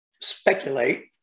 speculate